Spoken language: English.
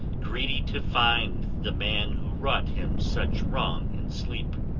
greedy to find the man who wrought him such wrong in sleep.